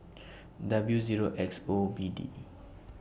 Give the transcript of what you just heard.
W Zero X O B D